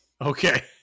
Okay